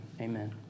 Amen